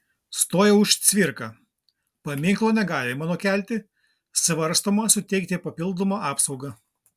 stojo už cvirką paminklo negalima nukelti svarstoma suteikti papildomą apsaugą